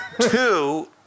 Two